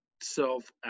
self